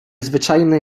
zwyczajne